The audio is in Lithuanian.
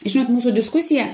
žinot mūsų diskusija